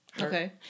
Okay